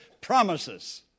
promises